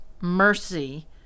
mercy